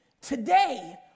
today